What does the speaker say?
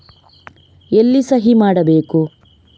ಎಲ್ಲಿ ಸಹಿ ಮಾಡಬೇಕು?